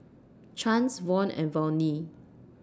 Chance Von and Volney